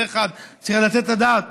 זה, 1. צריך לתת את הדעת.